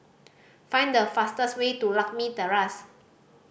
find the fastest way to Lakme Terrace